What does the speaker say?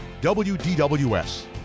WDWS